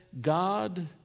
god